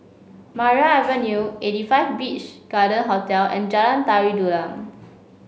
Maria Avenue eighty five Beach Garden Hotel and Jalan Tari Dulang